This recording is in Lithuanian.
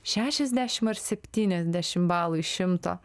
šešiasdešim ar septyniasdešim balų iš šimto